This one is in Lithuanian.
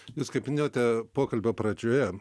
jūs kaip minėjote pokalbio pradžioje